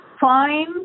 fine